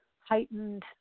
heightened